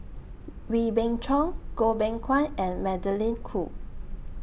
Wee Beng Chong Goh Beng Kwan and Magdalene Khoo